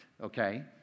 Okay